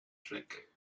trick